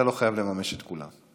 אתה לא חייב לממש את כולן.